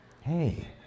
Hey